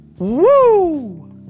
Woo